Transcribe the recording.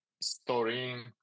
story